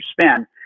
spend